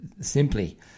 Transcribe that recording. simply